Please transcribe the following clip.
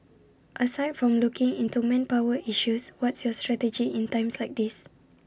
aside from looking into manpower issues what's your strategy in times like these